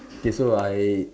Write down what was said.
K so I